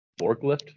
forklift